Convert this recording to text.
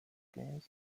games